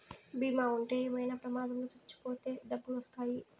బీమా ఉంటే ఏమైనా ప్రమాదంలో చనిపోతే డబ్బులు వత్తాయి